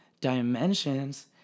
dimensions